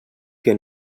que